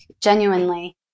genuinely